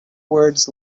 words